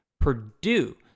Purdue